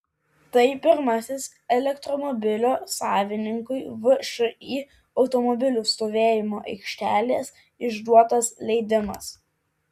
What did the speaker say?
tai pirmasis elektromobilio savininkui všį automobilių stovėjimo aikštelės išduotas leidimas